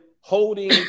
holding